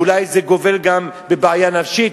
ואולי זה גובל גם בבעיה נפשית.